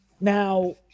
now